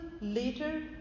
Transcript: later